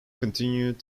continued